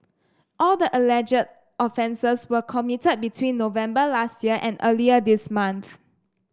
all the alleged offences were committed between November last year and earlier this month